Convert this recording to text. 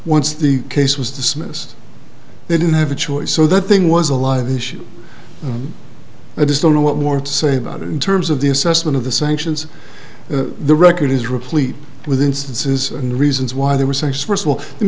once the case was dismissed they didn't have a choice so the thing was a live issue i just don't know what more to say about it in terms of the assessment of the sanctions the record is replete with instances and reasons why they were safe first of all the